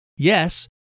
yes